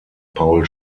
paul